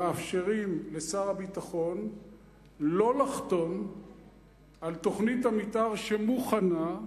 מאפשרים לשר הביטחון לא לחתום על תוכנית המיתאר שמוכנה,